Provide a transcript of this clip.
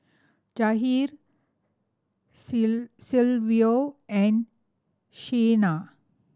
Jahir Silvio and Shena